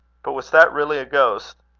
but was that really a ghost?